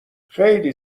خیلی